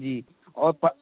جی اور پا